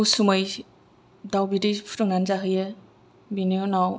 उसुमै दाउ बिदै फुदुंनानै जाहोयो बेनि उनाव